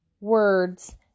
words